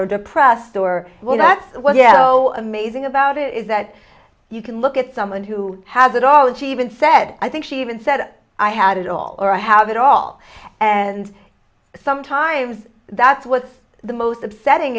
or depressed or well that's what yeah so amazing about it is that you can look at someone who has it all and she even said i think she even said i had it all or i have it all and sometimes that's what's the most upsetting